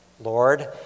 Lord